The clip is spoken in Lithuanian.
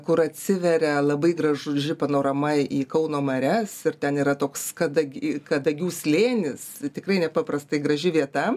kur atsiveria labai graž ži panorama į kauno marias ir ten yra toks kada gi kadagių slėnis tikrai nepaprastai graži vieta